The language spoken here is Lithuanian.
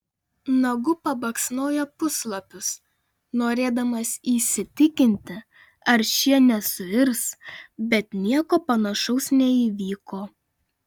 nagu pabaksnojo puslapius norėdamas įsitikinti ar šie nesuirs bet nieko panašaus neįvyko